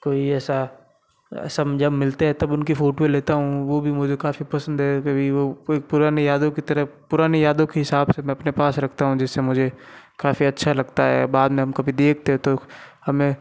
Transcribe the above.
कोई ऐसा ऐसे हम जब मिलते हैं तब उनकी फोटो लेता हूँ वो भी मुझे काफ़ी पसंद है कभी वो कोई पुरानी यादों की तरह पुरानी यादों के हिसाब से मैं अपने पास रखता हूँ जिससे मुझे काफ़ी अच्छा लगता है बाद में हम कभी देखते हैं तो हमें